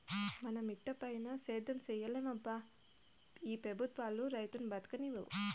మన మిటపైన సేద్యం సేయలేమబ్బా ఈ పెబుత్వాలు రైతును బతుకనీవు